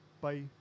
Bye